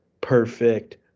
perfect